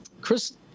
Chris